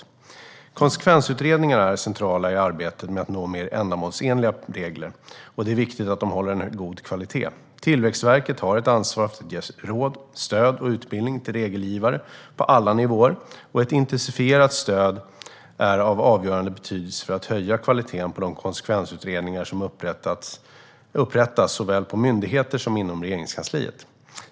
Svar på interpellationer Konsekvensutredningar är centrala i arbetet med att nå mer ändamålsenliga regler, och det är viktigt att de håller en god kvalitet. Tillväxtverket har ett ansvar att ge råd, stöd och utbildning till regelgivare på alla nivåer, och ett intensifierat stöd är av avgörande betydelse för att höja kvaliteten på de konsekvensutredningar som upprättas såväl på myndigheter som inom Regeringskansliet.